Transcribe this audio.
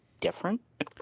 different